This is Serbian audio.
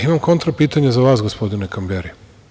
Imam kontra pitanje za vas, gospodine Kamberi.